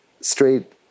straight